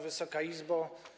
Wysoka Izbo!